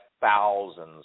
thousands